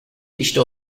işte